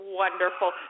wonderful